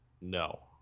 No